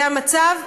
זה המצב,